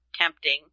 tempting